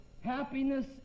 happiness